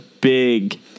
Big